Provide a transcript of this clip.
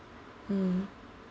hmm